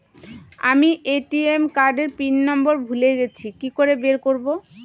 আমি ATM card এর pin number ভুলে গেছি কি করে বের করব?